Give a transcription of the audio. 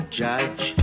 judge